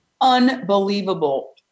Unbelievable